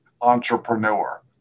entrepreneur